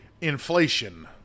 inflation